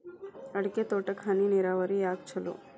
ಅಡಿಕೆ ತೋಟಕ್ಕ ಹನಿ ನೇರಾವರಿಯೇ ಯಾಕ ಛಲೋ?